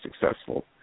successful